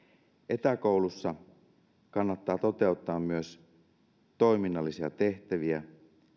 etäkoulussa kannattaa toteuttaa myös toiminnallisia tehtäviä